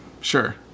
Sure